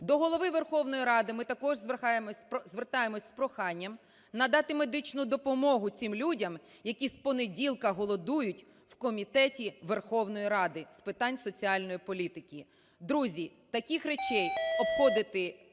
До Голови Верховної Ради ми також звертаємось з проханням надати медичну допомогу цим людям, які з понеділка голодують в Комітеті Верховної Ради з питань соціальної політики. Друзі, таких речей обходити